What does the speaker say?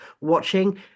watching